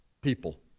people